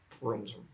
rooms